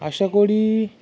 আশা করি